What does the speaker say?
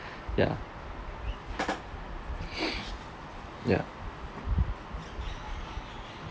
ya ya